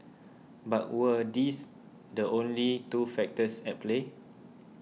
but were these the only two factors at play